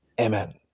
Amen